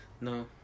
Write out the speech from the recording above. No